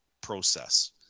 process